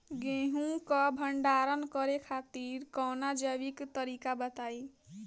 गेहूँ क भंडारण करे खातिर कवनो जैविक तरीका बताईं?